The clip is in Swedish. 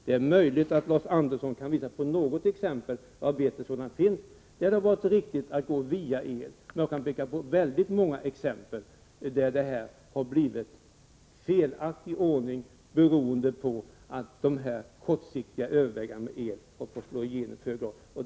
Det är möjligt att Lars Andersson kan ge något exempel på då det hade varit riktigt att gå vägen via el, men jag kan för min del peka på väldigt många exempel där det har blivit en felaktig ordning, beroende på att kortsiktiga överväganden har fått slå genom.